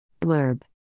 Blurb